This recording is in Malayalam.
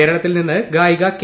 കേരളത്തിൽ നിന്ന് ഗായിക കെ